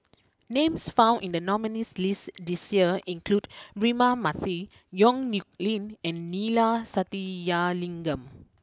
names found in the nominees list this year include Braema Mathi Yong Nyuk Lin and Neila Sathyalingam